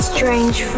Strange